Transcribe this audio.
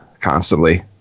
constantly